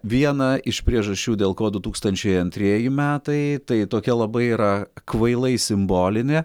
viena iš priežasčių dėl ko du tūkstančiai antrieji metai tai tokia labai yra kvailai simbolinė